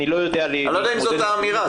אני לא יודע אם זאת האמירה.